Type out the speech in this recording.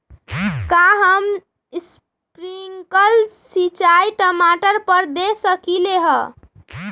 का हम स्प्रिंकल सिंचाई टमाटर पर दे सकली ह?